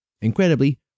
Incredibly